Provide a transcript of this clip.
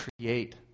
create